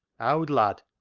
owd lad,